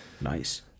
nice